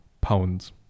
pounds